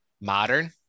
modern